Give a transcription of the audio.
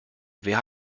wer